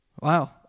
Wow